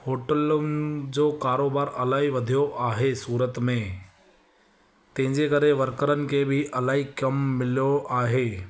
होटलियुनि जो कारोबारु इलाही वधियो आहे सूरत में तंहिंजे करे वर्करनि खे बि इलाही कमु मिलियो आहे